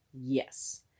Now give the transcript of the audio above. Yes